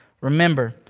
Remember